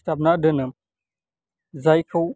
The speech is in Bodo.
सुथाबना दोनो जायखौ